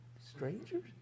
Strangers